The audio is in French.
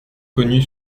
connue